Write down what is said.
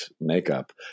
makeup